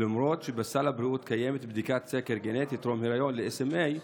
למרות שבסל הבריאות קיימת בדיקת סקר גנטית טרום-היריון ל-SMA,